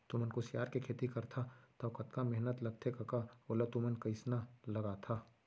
तुमन कुसियार के खेती करथा तौ कतका मेहनत लगथे कका ओला तुमन कइसना लगाथा